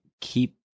keep